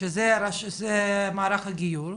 --- שזה מערך הגיור.